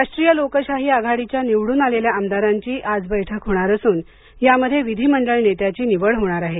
राष्ट्रीय लोकशाही आघाडीच्या निवडून आलेल्या आमदारांची आज बेठक होणार असून यामध्ये विधिमंडळ नेत्याची निवड होणार आहे